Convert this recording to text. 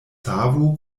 savo